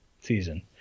season